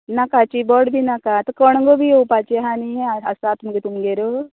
नाका चीबड बी नाका आतां कणगां बी येवपाची आसा न्ही आसात मगे तुमगेर